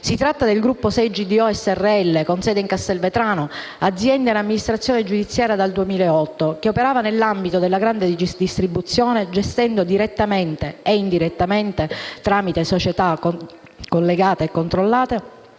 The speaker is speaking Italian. Si tratta del Gruppo 6 GDO Srl, con sede in Castelvetrano, azienda in amministrazione giudiziaria dal 2008, che operava nell'ambito della grande distribuzione gestendo direttamente e indirettamente, tramite società collegate e controllate,